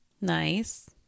Nice